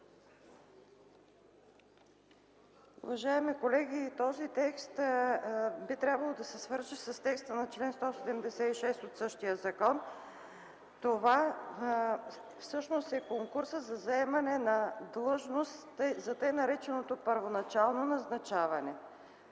Уважаеми колеги, този текст би трябвало да се свърже с текста на чл. 176 от същия закон. Това всъщност е конкурсът за заемане на длъжност за тъй нареченото първоначално назначаване.